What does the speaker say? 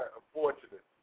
unfortunate